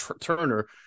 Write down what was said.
Turner